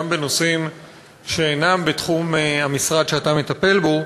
בנושאים שאינם בתחום המשרד שאתה מטפל בו,